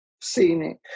scenic